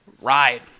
ride